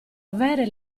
avere